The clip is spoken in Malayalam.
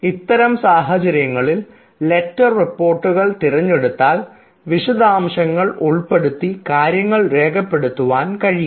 ഇത്തരം സാഹചര്യങ്ങളിൽ ലെറ്റർ റിപ്പോർട്ടുകൾ തിരഞ്ഞെടുത്താൽ വിശദാംശങ്ങൾ ഉൾപ്പെടുത്തി കാര്യങ്ങൾ രേഖപ്പെടുത്തുവാൻ കഴിയും